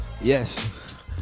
Yes